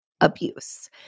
abuse